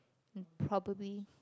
probably